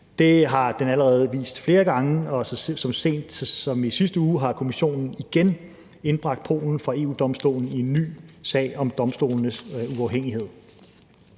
Det har den allerede vist flere gange, og så sent som i sidste uge har Kommissionen igen indbragt Polen for EU-Domstolen i en ny sag om domstolenes uafhængighed.